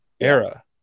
era